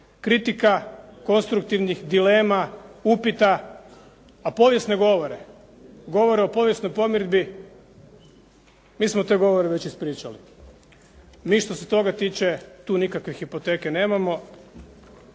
kritika, konstruktivnih dilema, upita, a povijesne govore, govore o povijesnoj pomirbi, mi smo te govore već ispričali. Mi što se toga tiče tu nikakve hipoteke nemamo